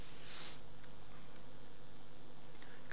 7791 ו-7792.